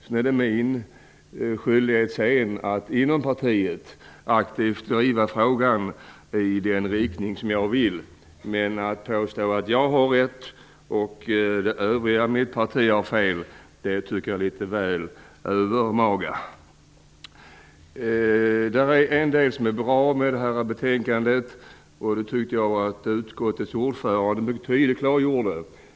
Sedan är det min skyldighet att inom partiet aktivt driva frågan i den riktning som jag vill. Men att påstå att jag har rätt och övriga i mitt parti har fel tycker jag är litet väl övermaga. En del saker är bra i det här betänkandet, och det tyckte jag att utskottets ordförande mycket tydligt klargjorde.